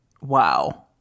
wow